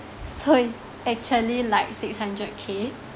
so it actually like six hundred k